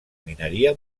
mineria